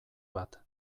bat